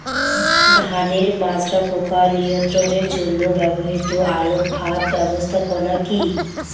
ধানের মাজরা পোকা নিয়ন্ত্রণের জন্য ব্যবহৃত আলোক ফাঁদ ব্যবস্থাপনা কি?